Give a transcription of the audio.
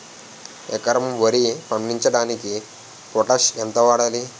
ఎకరం వరి పండించటానికి పొటాష్ ఎంత వాడాలి?